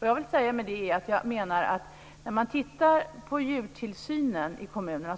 Vad jag menar med det är att när man tittar på djurtillsynen i kommunen